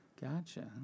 Gotcha